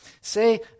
Say